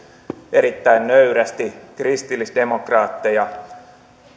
erittäin nöyrästi kristillisdemokraatteja